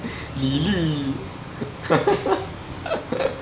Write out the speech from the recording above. lee li